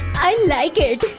i like it!